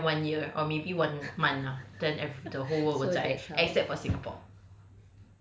so I think I give them one year or maybe one month lah then eve~ the whole world will die except for singapore